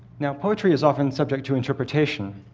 now, poetry is often subject to interpretation.